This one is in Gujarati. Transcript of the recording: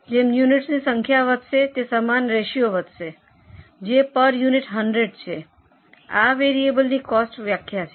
જેમ યુનિટસ સંખ્યા વધશે તે સમાન રેસીઓ વધશે જે પર યુનિટ 100 છે આ વેરીએબલ કોસ્ટની વ્યાખ્યા છે